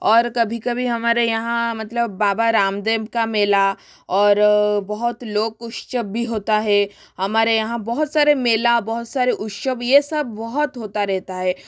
और कभी कभी हमारे यहाँ मतलब बाबा रामदेव का मेला और बहुत लोग उत्सव भी होता है हमारे यहाँ बहुत सारे मेला बहुत सारे उत्सव यह सब बहुत होते रहते हैं